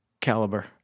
caliber